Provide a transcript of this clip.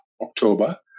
October